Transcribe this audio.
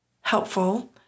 helpful